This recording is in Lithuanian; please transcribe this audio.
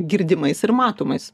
girdimais ir matomais